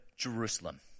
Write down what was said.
Jerusalem